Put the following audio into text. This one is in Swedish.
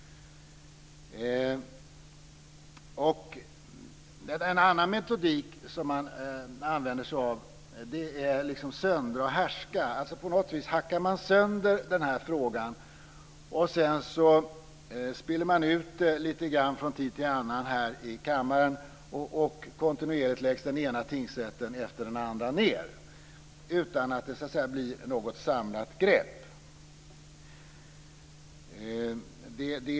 En annan metodik som man använder sig av är att söndra och härska. På något sätt hackar man sönder den här frågan, och sedan spiller man ut det lite grann från tid till annan här i kammaren, och kontinuerligt läggs den ena tingsrätten efter den andra ned utan att det så att säga blir något samlat grepp.